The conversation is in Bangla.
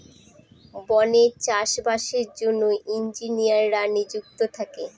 বনে চাষ বাসের জন্য ইঞ্জিনিয়াররা নিযুক্ত থাকে